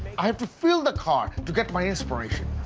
i have to feel the car, to get my inspiration.